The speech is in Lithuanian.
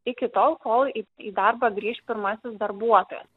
iki tol kol į į darbą grįš pirmasis darbuotojas